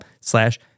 slash